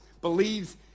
believes